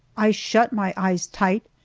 i shut my eyes tight,